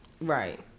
Right